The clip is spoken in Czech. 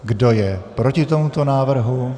Kdo je proti tomuto návrhu?